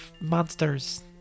monsters